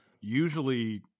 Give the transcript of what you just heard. usually